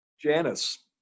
Janice